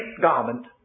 garment